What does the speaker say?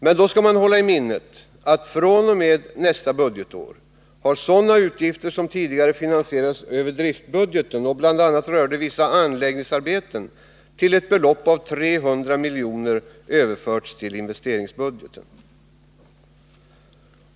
Men då skall man hålla i minnet att fr.o.m. nästa budgetår har sådana utgifter som tidigare finansierades över driftbudgeten och bl.a. rörde vissa anläggningsarbeten, till ett belopp av 300 miljoner överförts till investeringsbudgeten.